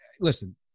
listen